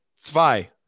zwei